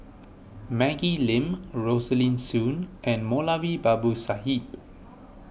Maggie Lim Rosaline Soon and Moulavi Babu Sahib